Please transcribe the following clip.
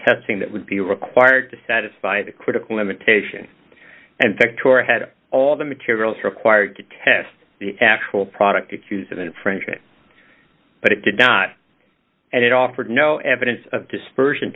testing that would be required to satisfy the critical limitation and victoria had all the materials required to test the actual product accused of infringement but it did not and it offered no evidence of dispersion